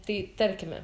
tai tarkime